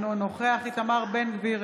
אינו נוכח איתמר בן גביר,